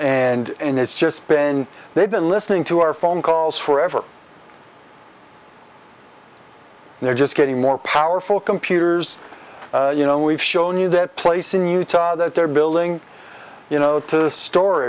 six and it's just been they've been listening to our phone calls forever they're just getting more powerful computers you know we've shown you that place in utah that they're building you know to